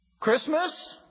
Christmas